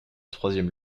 troisième